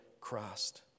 Christ